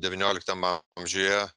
devynioliktam amžiuje